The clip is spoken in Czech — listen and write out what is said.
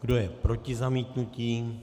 Kdo je proti zamítnutí?